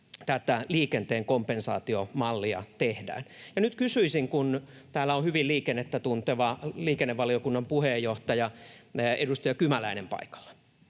tätä liikenteen kompensaatiomallia tehdään. Ja nyt kysyisin, kun täällä on hyvin liikennettä tunteva liikennevaliokunnan puheenjohtaja, edustaja Kymäläinen paikalla.